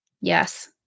Yes